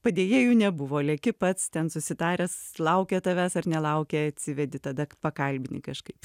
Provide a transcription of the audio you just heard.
padėjėjų nebuvo leki pats ten susitaręs laukia tavęs ar nelaukia atsivedi tada pakalbini kažkaip